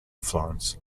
florence